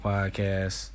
Podcast